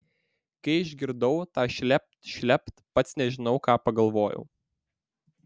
kai išgirdau tą šlept šlept pats nežinau ką pagalvojau